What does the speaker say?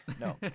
No